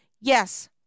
Yes